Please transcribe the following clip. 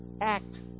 Act